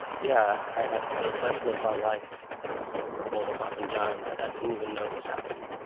yeah i had the lesson of my life over a bowl of hoppin' john, and i i didn't even know it was happening.